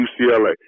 UCLA